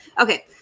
Okay